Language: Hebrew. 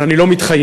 אבל אני לא מתחייב.